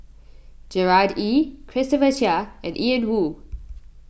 Gerard Ee Christopher Chia and Ian Woo